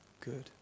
good